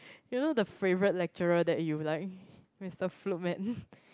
you know the favourite lecturer that you like Mister